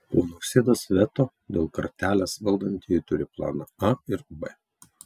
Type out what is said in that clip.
po nausėdos veto dėl kartelės valdantieji turi planą a ir b